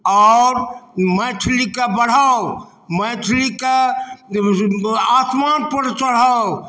आओर मैथिलीके बढ़ाउ मैथिलीके आत्मापर चढ़ाउ